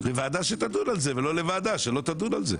לוועדה שתדון על זה ולא לוועדה שלא תדון על זה.